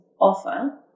offer